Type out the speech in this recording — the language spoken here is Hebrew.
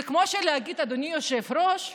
זה כמו להגיד מחר,